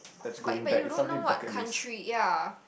but but you don't know what country ya